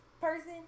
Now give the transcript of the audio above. person